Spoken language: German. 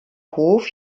hof